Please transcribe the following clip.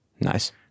Nice